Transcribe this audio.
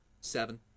seven